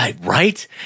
right